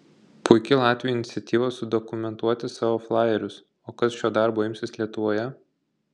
puiki latvių iniciatyva sudokumentuoti savo flajerius o kas šio darbo imsis lietuvoje